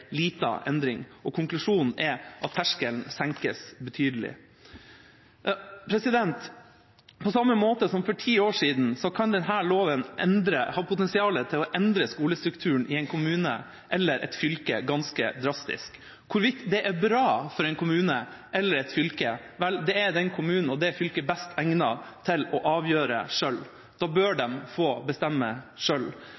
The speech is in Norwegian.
liten endring. Og konklusjonen er at terskelen senkes betydelig. På samme måte som for ti år siden kan denne loven ha potensial til å endre skolestrukturen i en kommune eller et fylke ganske drastisk. Hvorvidt det er bra for en kommune eller et fylke, er den kommunen og det fylket best egnet til å avgjøre selv. Da bør de få bestemme